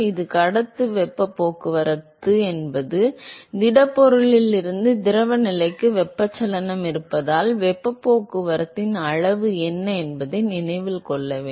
எனவே இங்கே கடத்தும் வெப்பப் போக்குவரத்து என்பது திடப்பொருளிலிருந்து திரவ நிலைக்கு வெப்பச்சலனம் இருப்பதால் வெப்பப் போக்குவரத்தின் அளவு என்ன என்பதை நினைவில் கொள்க